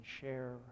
share